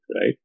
right